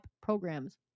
programs